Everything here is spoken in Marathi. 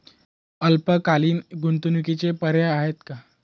अल्पकालीन गुंतवणूकीचे पर्याय आहेत का?